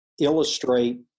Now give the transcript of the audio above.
illustrate